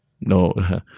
no